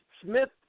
Smith